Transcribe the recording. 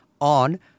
on